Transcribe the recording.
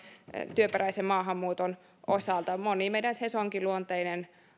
työperäisen maahanmuuton osalta moni meidän sesonkiluonteinen